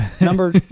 Number